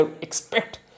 expect